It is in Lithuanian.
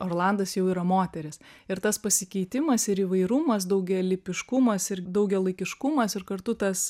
orlandas jau yra moteris ir tas pasikeitimas ir įvairumas daugialypiškumas ir daugialaikiškumas ir kartu tas